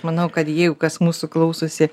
manau kad jeigu kas mūsų klausosi